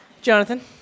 Jonathan